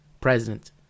president